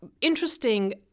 Interesting